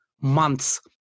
months